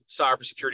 cybersecurity